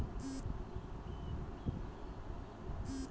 कुट्टूर खेती रबी फसलेर सा कराल जाहा